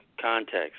context